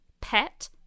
pet